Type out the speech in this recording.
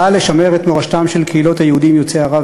באה לשמר את מורשתן של קהילות היהודים יוצאי ערב